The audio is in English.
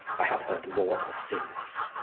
i have heard more since.